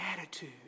attitude